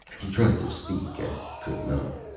he tried to speak, and could not.